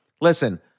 listen